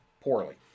poorly